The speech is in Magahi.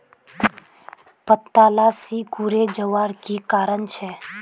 पत्ताला सिकुरे जवार की कारण छे?